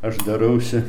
aš darausi